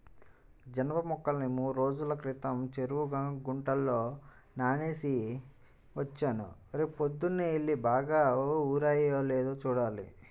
జనప మొక్కల్ని మూడ్రోజుల క్రితం చెరువు గుంటలో నానేసి వచ్చాను, రేపొద్దన్నే యెల్లి బాగా ఊరాయో లేదో చూడాలి